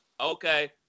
Okay